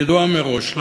ידועה מראש.